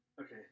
Okay